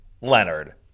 Leonard